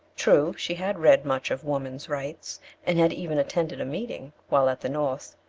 true, she had read much of woman's rights and had even attended a meeting, while at the north,